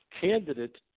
candidate